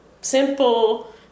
simple